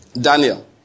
Daniel